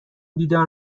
بیدار